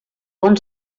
bon